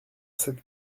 cette